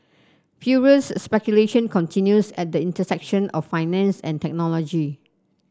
furious speculation continues at the intersection of finance and technology